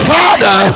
Father